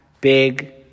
big